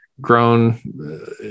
grown